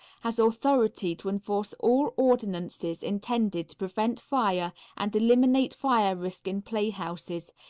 has authority to enforce all ordinances intended to prevent fire and eliminate fire risk in playhouses,